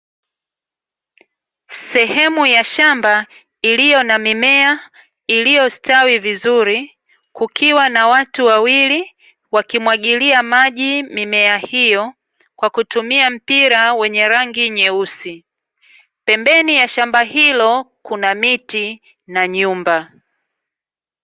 Sehemu ya shamba iliyo na mimea iliyostawi vizuri, kukiwa na watu wawili wakimwagilia maji mimea hiyo kwa kutumia mpira wenye rangi nyeusi. Pembeni ya shamba hilo kuna miti na nyumba.